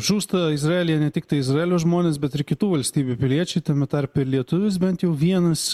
žūsta izraelyje ne tiktai izraelio žmonės bet ir kitų valstybių piliečiai tame tarpe lietuvis bent jau vienas